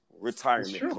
retirement